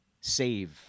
save